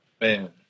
man